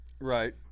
Right